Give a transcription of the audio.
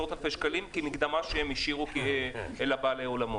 עשרות אלפי שקלים כמקדמה שהם השאירו לבעלי האולמות.